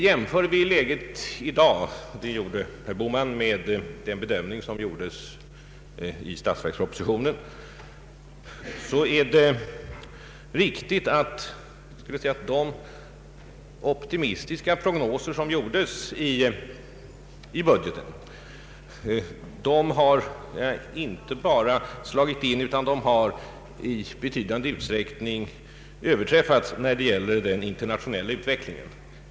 Jämför vi läget i dag med den bedömning som skedde i statsverkspropositionen — det gjorde herr Bohman — är det riktigt att de, skall vi säga, optimistiska prognoser som gjordes i budgeten inte bara har slagit in utan i betydande utsträckning överträffats när det gäller den internationella utvecklingen.